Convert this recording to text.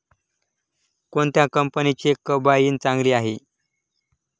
कोणत्या कंपनीचे कंबाईन चांगले आहे?